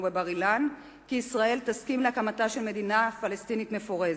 בבר-אילן כי ישראל תסכים להקמתה של מדינה פלסטינית מפורזת.